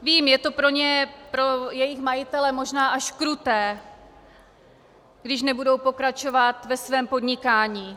Vím, že je to pro jejich majitele možná až kruté, když nebudou pokračovat ve svém podnikání.